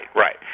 right